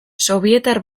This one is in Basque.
sobietar